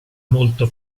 molto